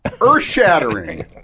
earth-shattering